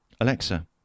Alexa